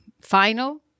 final